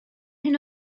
hyn